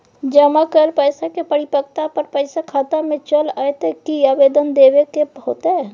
जमा कैल पैसा के परिपक्वता पर पैसा खाता में चल अयतै की आवेदन देबे के होतै?